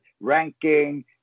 ranking